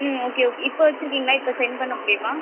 ம் ஓகே இப்போ வைச்சுருக்கீங்களா இப்போ சென்ட் பண்ண முடியுமா